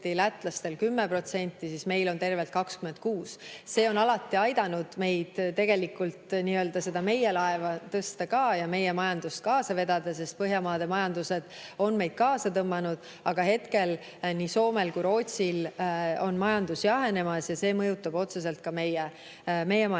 lätlastel on 10%, aga meil on tervelt 26%. See on alati aidanud meil nii‑öelda meie laeva tõsta ja meie majandust kaasa vedada, sest Põhjamaade majandused on meid kaasa tõmmanud. Aga hetkel on nii Soome kui ka Rootsi majandus jahenemas ja see mõjutab otseselt meie majandust